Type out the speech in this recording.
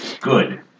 good